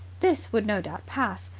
this would no doubt pass,